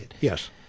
yes